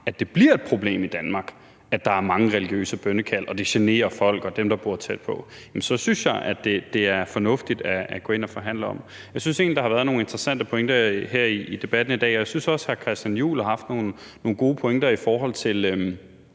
det bliver et problem i Danmark, at der er mange religiøse bønnekald og det generer folk og dem, der bor tæt på, så synes jeg, det er fornuftigt at gå ind og forhandle om det. Jeg synes egentlig, der har været nogle interessante pointer her i debatten i dag, og jeg synes, at bl.a. hr. Christian Juhl har haft nogle gode pointer i forhold til